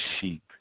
sheep